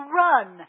run